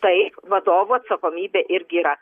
tai vadovo atsakomybė irgi yra